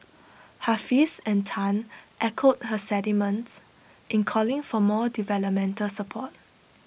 Hafiz and Tan echoed her sentiments in calling for more developmental support